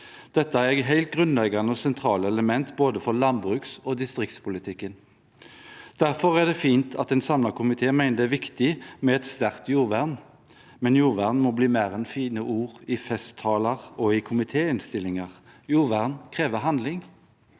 Dette er helt grunnleggende og sentrale elementer både for landbruks- og distriktspolitikken. Derfor er det fint at en samlet komité mener det er viktig med et sterkt jordvern, men jordvern må bli mer enn fine ord i festtaler og komitéinnstillinger. Jordvern krever handling.